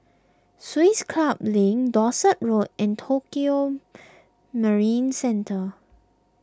Swiss Club Link Dorset Road and Tokio Marine Centre